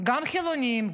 גם חילונים,